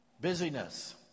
busyness